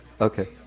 Okay